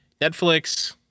Netflix